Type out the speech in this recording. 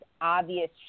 obvious